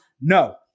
No